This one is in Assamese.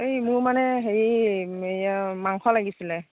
এই মোৰ মানে হেৰি মাংস লাগিছিল